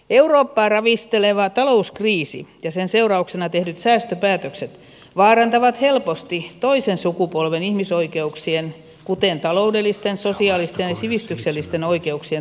eurooppaa ravisteleva talouskriisi ja sen seurauksena tehdyt säästöpäätökset vaarantavat helposti toisen sukupolven ihmisoikeuksien kuten taloudellisten sosiaalisten ja sivistyksellisten oikeuksien toteutumista